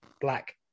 black